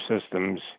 systems